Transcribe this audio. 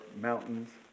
mountains